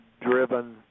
driven